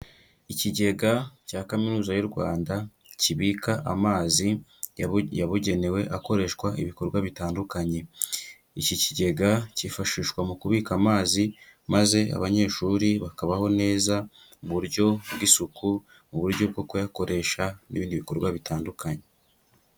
Ikigega cya kaminuza y'u Rwanda cyibika amazi yabugenewe, akoreshwa ibikorwa bitandukanye, iki kigega cyifashishwa mu kubika amazi, maze abanyeshuri bakabaho neza, mu buryo bw'isuku, mu uburyo bwo kuyakoresha, n'ibindi bikorwa bitandukanye.